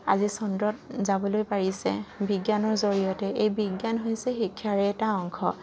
আজি চন্দ্ৰত যাবলৈ পাৰিছে বিজ্ঞানৰ জৰিয়তে এই বিজ্ঞান হৈছে শিক্ষাৰে এটা অংশ